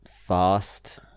fast